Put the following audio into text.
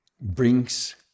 brings